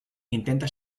intenta